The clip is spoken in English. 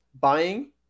buying